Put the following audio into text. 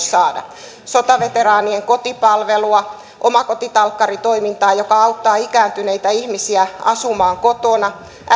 sotaveteraanien kotipalvelua omakotitalkkaritoimintaa joka auttaa ikääntyneitä ihmisiä asumaan kotona